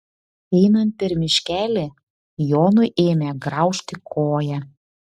einant per miškelį jonui ėmė graužti koją